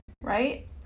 right